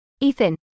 Ethan